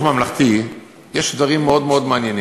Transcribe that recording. ממלכתי יש דברים מאוד מאוד מעניינים,